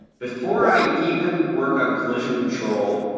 before i even work on collision control,